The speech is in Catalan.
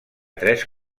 tres